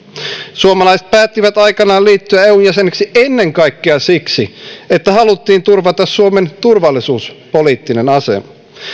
suomalaiset päättivät aikanaan liittyä eun jäseneksi ennen kaikkea siksi että haluttiin turvata suomen turvallisuuspoliittinen asema